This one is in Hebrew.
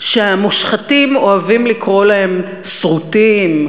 שהמושחתים אוהבים לקרוא להם "סרוטים",